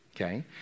Okay